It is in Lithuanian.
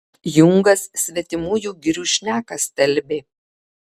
jungas svetimųjų girių šneką stelbė